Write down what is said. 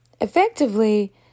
Effectively